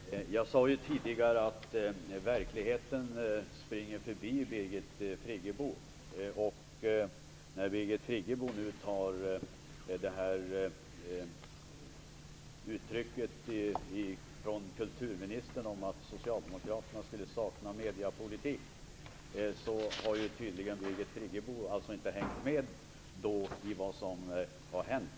Herr talman! Jag sade tidigare att verkligheten springer förbi Birgit Friggebo. Birgit Friggebo hänvisar nu till ett uttalande av kulturministern om att socialdemokraterna skulle sakna en mediepolitik. Birgit Friggebo har tydligen inte följt med i det som har hänt.